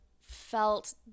felt